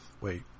Wait